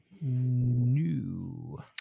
new